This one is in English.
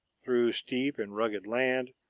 through steep and rugged land,